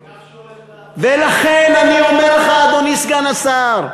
מה קורה, ולכן, אני אומר לך, אדוני סגן השר,